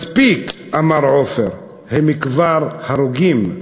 מספיק, אמר עופר, הם כבר הרוגים,